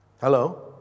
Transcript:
Hello